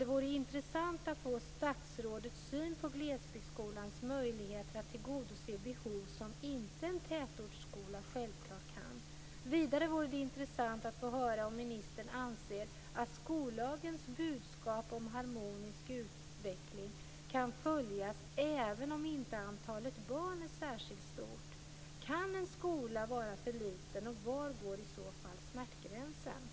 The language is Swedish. Det vore intressant att få statsrådets syn på glesbygdsskolans möjligheter att tillgodose behov som inte en tätortsskola självklart kan. Vidare vore det intressant att få höra om ministern anser att skollagens budskap om harmonisk utveckling kan följas även om inte antalet barn är särskilt stort. Kan en skola vara för liten, och var går i så fall smärtgränsen?